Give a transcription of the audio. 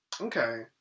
Okay